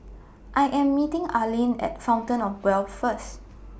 I Am meeting Arline At Fountain of Wealth First